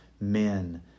men